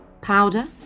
powder